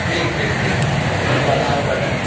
ٹھیک ٹھیک ٹھیک تو ہزار روپیے ڈن